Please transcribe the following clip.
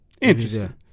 Interesting